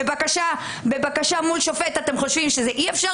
אז בבקשה מול שופט אתם חושבים שאי אפשר